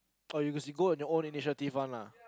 oh you must be go on your own initiative [one] lah